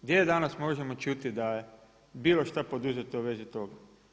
Gdje danas možemo čuti da je bilo šta poduzeto u vezi toga?